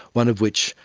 one of which,